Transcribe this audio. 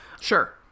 Sure